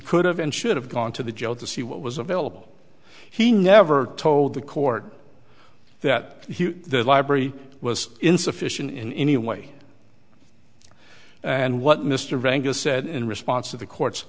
could have and should have gone to the jail to see what was available he never told the court that the library was insufficient in any way and what mr rangle said in response to the court